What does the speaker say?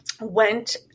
went